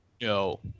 No